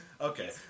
Okay